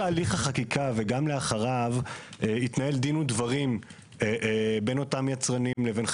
כתוצאה מכך עוגן במסגרת סעיף 6ב לחוק מפורשות,